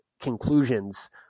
conclusions